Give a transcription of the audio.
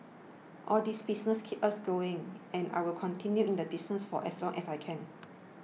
all these business keep us going and I will continue in the business for as long as I can